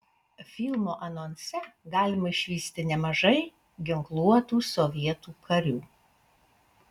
filmo anonse galima išvysti nemažai ginkluotų sovietų karių